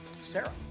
Sarah